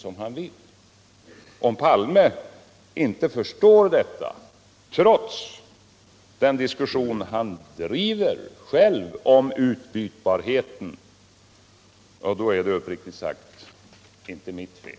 Om Olof Palme inte förstår detta, trots den diskussion som han själv driver om utbytbarheten, är det sannerligen inte mitt fel.